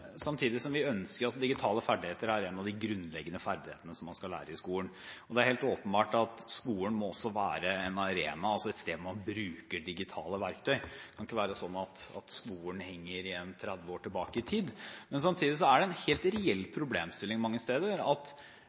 er helt åpenbart at skolen også må være en arena, altså et sted, hvor man bruker digitale verktøy. Det kan ikke være slik at skolen henger igjen 30 år tilbake i tid. Samtidig er det en helt reell problemstilling mange steder: Hvis man alltid er koblet på, kan fristelsen bli veldig stor til f.eks. å bruke tiden på Facebook eller Twitter. Man ser det også i denne salen at